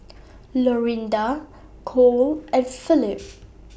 Lorinda Kole and Phillip